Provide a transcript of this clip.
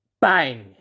Bang